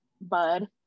bud